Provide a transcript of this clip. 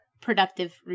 productive